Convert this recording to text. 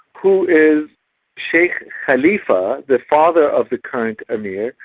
who is sheikh khalifa, the father of the current emir,